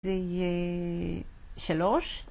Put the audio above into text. זה יהיה שלוש.